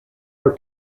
are